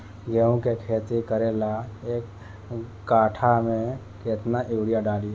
गेहूं के खेती करे ला एक काठा में केतना युरीयाँ डाली?